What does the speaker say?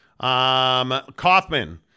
Kaufman